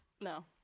No